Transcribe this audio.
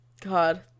God